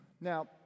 Now